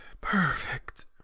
perfect